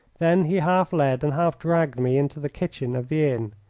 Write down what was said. then he half led and half dragged me into the kitchen of the inn.